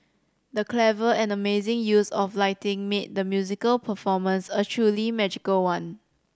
the clever and amazing use of lighting made the musical performance a truly magical one